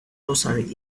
rosary